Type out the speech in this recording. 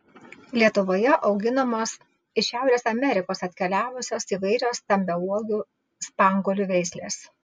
lietuvoje auginamos iš šiaurės amerikos atkeliavusios įvairios stambiauogių spanguolių veislės